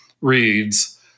reads